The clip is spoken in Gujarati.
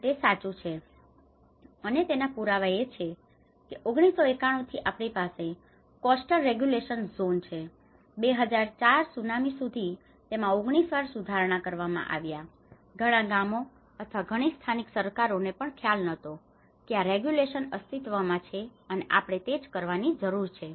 અને તે સાચું છે અને તેના પુરાવા એ છે કે 1991 થી આપણી પાસે કોસ્ટલ રેગ્યુલેશન ઝોન છે 2004 સુનામી સુધી તેમાં 19 વાર સુધારણા કરવામાં આવ્યા છે ઘણા ગામો અથવા ઘણી સ્થાનિક સરકારોને પણ ખ્યાલ નહોતો કે આ રેગ્યુલેશન અસ્તિત્વમાં છે અને આપણે તે જ કરવાની જરૂર છે